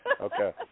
Okay